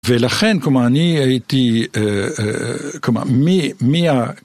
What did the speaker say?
ולכן, כלומר, אני הייתי, כלומר, מי, מי ה...